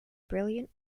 brilliant